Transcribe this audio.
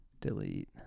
Delete